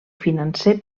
financer